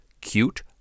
Cute